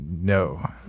No